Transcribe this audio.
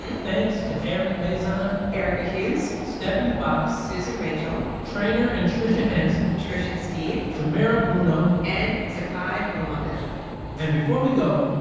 thanks to aaron mazon erika hughes stephanie fox susan rachel traynor and tricia hansen trish and steve tamara bruno and zakkai melamed and before we go,